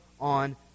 on